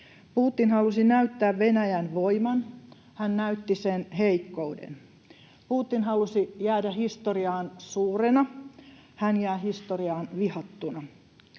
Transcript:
Putin halusi näyttää Venäjän voiman — hän näytti sen heikkouden. Putin halusi jäädä historiaan suurena — hän jää historiaan vihattuna.